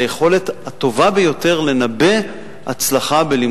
היה צריך לומר 40 ולא 30. הוא דיבר על לוחות